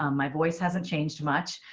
um my voice hasn't changed much,